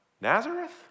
Nazareth